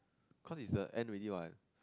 cause its the end already what